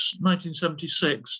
1976